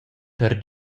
per